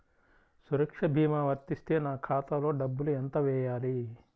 సురక్ష భీమా వర్తిస్తే నా ఖాతాలో డబ్బులు ఎంత వేయాలి?